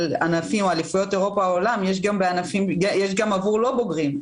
גם עבור לא בוגרים.